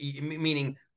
meaning